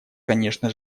конечно